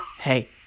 Hey